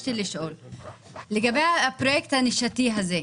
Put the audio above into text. לגבי הפרויקט הנישתי הזה,